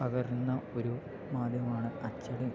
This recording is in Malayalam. പകരുന്ന ഒരു മാധ്യമമാണ് അച്ചടി